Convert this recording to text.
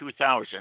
2000